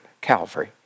Calvary